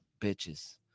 bitches